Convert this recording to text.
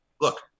Look